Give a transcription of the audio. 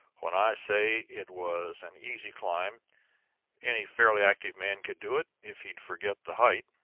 when i say it was an easy climb any fairly active man could do it if he'd forget the height.